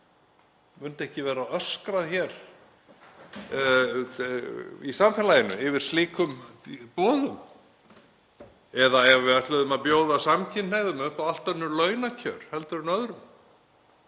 Myndi ekki vera öskrað hér í samfélaginu yfir slíkum boðum eða ef við ætluðum að bjóða samkynhneigðum upp á allt önnur launakjör en öðrum?